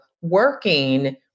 working